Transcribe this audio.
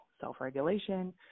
self-regulation